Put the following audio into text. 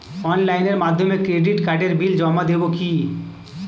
অনলাইনের মাধ্যমে ক্রেডিট কার্ডের বিল জমা দেবো কি?